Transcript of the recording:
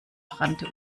rannte